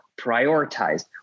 Prioritize